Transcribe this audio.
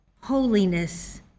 holiness